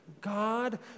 God